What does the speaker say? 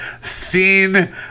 seen